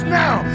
now